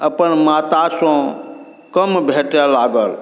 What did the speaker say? अपन मातासँ कम भेटै लागल